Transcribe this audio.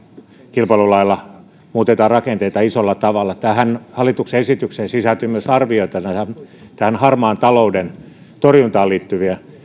kilpailulailla muutetaan rakenteita isolla tavalla tähän hallituksen esitykseen sisältyy myös arvioita näiden harmaan talouden torjuntaan liittyvien